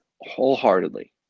wholeheartedly